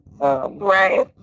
Right